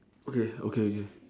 okay okay okay